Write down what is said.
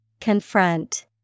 Confront